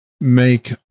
make